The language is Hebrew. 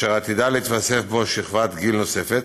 ועתידה להתווסף שם שכבת גיל נוספת,